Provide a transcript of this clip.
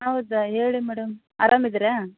ಹೌದಾ ಹೇಳಿ ಮೇಡಮ್ ಆರಾಮಿದ್ದೀರಾ